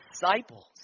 Disciples